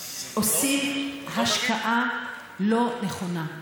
אז, עושים השקעה לא נכונה.